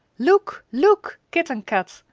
look! look! kit and kat,